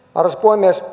arvoisa puhemies